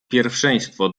pierwszeństwo